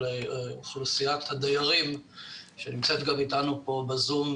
אוכלוסיית הדיירים שנמצאת גם איתנו פה בזום,